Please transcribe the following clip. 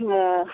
हँ